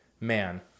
man